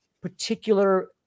particular